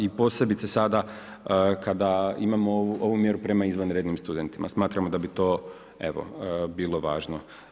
I posebice sada kada imamo ovu mjeru prema izvanrednim studentima, smatramo da bi to evo bilo važno.